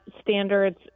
standards